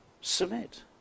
submit